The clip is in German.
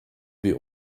wir